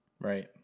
Right